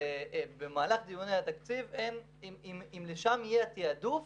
ובמהלך דיוני התקציב, אם לשם יהיה התעדוף,